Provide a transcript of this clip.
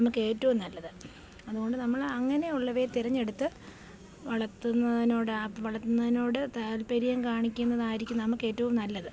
നമുക്ക് ഏറ്റവും നല്ലത് അതുകൊണ്ട് നമ്മൾ അങ്ങനെയുള്ളവയെ തെരഞ്ഞെടുത്ത് വളർത്തുന്നതിനോടാണ് വളത്തുന്നതിനോട് താൽപര്യം കാണിക്കുന്നതായിരിക്കും നമുക്ക് ഏറ്റവും നല്ലത്